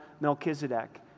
Melchizedek